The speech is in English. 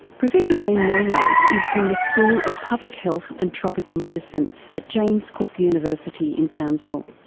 professor wayne melrose is from the school of public health and tropical medicine at james cook university in townsville.